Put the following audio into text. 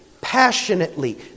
passionately